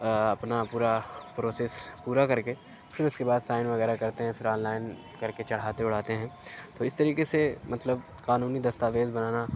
اپنا پورا پروسیس پورا کر کے پھر اُس کے بعد سائن وغیرہ کرتے ہیں پھر آن لائن کر کے چڑھاتے وڑھاتے ہیں تو اِس طریقے سے مطلب قانونی دستاویز بنانا